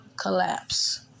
collapse